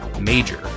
major